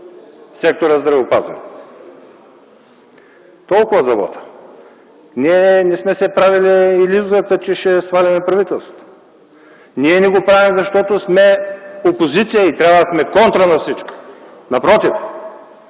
сектора здравеопазване. Толкова за вота. Ние не сме си правили илюзията, че ще сваляме правителството. Ние не го правим, защото сме опозиция и трябва да сме контра на всичко, напротив